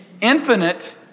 infinite